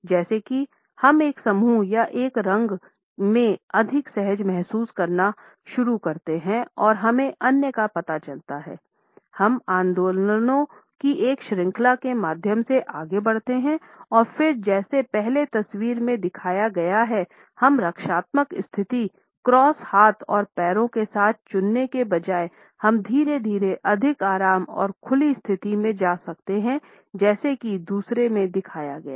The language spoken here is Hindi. जैसा कि हम एक समूह या एक रंग में अधिक सहज महसूस करना शुरू करते हैं और हमें अन्य का पता चलता है हम आंदोलनों की एक श्रृंखला के माध्यम से आगे बढ़ते हैं और फिर जैसा पहली तस्वीर में दिखाया गया हैं हम रक्षात्मक स्थिति क्रॉस हाथ और पैरों के साथ चुनने के बजाय हम धीरे धीरे अधिक आराम और खुली स्थिति में जा सकते हैं जैसा कि दूसरे में दिखाया गया है